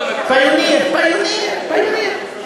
נכון, לא בכל, פיוניר, פיוניר, פיוניר.